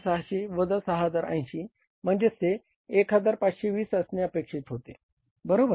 7600 वजा 6080 म्हणजेच ते 1520 असणे अपेक्षित होते बरोबर